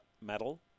metal